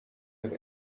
have